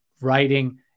writing